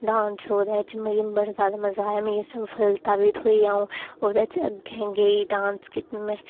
dance ओह्दे च मिगी बड़ा जादा मज़ा आया मिगी सफलता बी थ्होई अं'ऊ ओह्दे बिच अग्गें गेई डांस कीता में